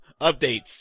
updates